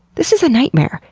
this is a nightmare!